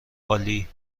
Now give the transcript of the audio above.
عالی